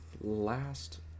last